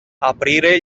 aprire